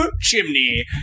chimney